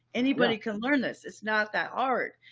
anybody can learn this. it's not that art,